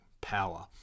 power